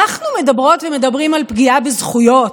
אנחנו מדברות ומדברים על פגיעה בזכויות,